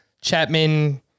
Chapman